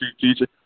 teacher